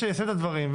שנתקדם.